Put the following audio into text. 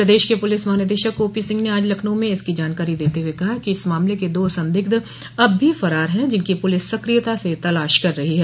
प्रदेश के पुलिस महानिदेशक ओपी सिंह ने आज लखनऊ में इसकी जानकारी देते हुए कहा कि इस मामले के दो संदिग्ध अब भी फरार हैं जिनकी पुलिस सक्रियता से तलाश कर रही है